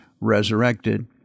resurrected